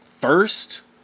first